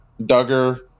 Duggar